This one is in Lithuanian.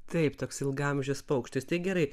taip toks ilgaamžis paukštis tai gerai